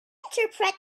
interpret